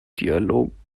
dialogregie